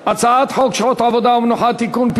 על הצעת חוק שעות עבודה ומנוחה (תיקון,